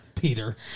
Peter